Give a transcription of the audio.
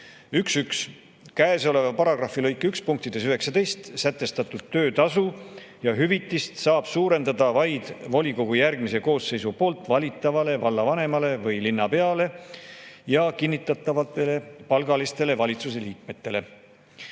(11) Käesoleva paragrahvi lõike 1 punktides 19 sätestatud töötasu ja hüvitist saab suurendada vaid volikogu järgmise koosseisu poolt valitavale vallavanemale või linnapeale ja kinnitatavatele palgalistele valitsusliikmetele.